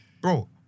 Bro